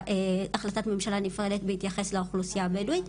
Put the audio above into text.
ממשלה נפרדת בהתייחס לאוכלוסייה הבדואית.